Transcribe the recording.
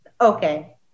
Okay